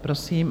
Prosím.